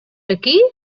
aquí